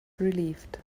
relieved